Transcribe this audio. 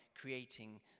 creating